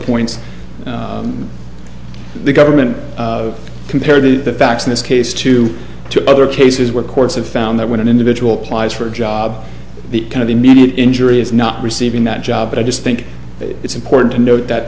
points the government compared to the facts in this case to the other cases where courts have found that when an individual plies for a job the kind of immediate injury is not receiving that job but i just think it's important to note that